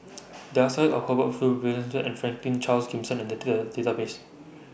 There Are stories about Hubert Hill and Franklin Charles Gimson in The Data Database